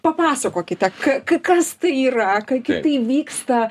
papasakokite ka ka kas tai yra ka kaip tai vyksta